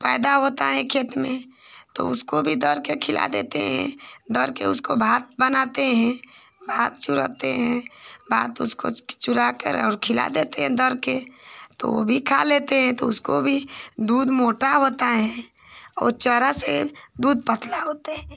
पैदा होता है खेत में तो उसको भी दर के खिला देते हैं दर के उसका भात बनाते हैं भात चुरौते हैं भात उसको चुराकर और खिला देते हैं दर कर तो वह भी खा लेती हैं तो उसका भी दूध मोटा होता है और चारा से दूध पतला होता है